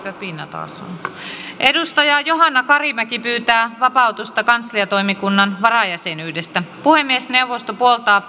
johanna karimäki pyytää vapautusta kansliatoimikunnan varajäsenyydestä puhemiesneuvosto puoltaa